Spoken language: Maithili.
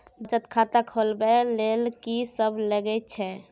बचत खाता खोलवैबे ले ल की सब लगे छै?